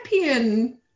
champion